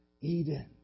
Eden